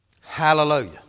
Hallelujah